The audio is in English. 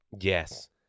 Yes